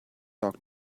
talk